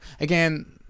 again